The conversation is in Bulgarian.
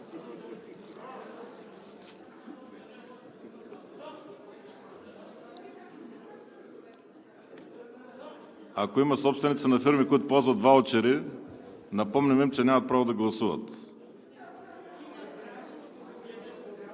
Ако има собственици на фирми, които ползват ваучери, напомням им, че нямат право да гласуват.